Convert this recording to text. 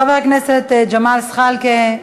חבר הכנסת ג'מאל זחאלקה,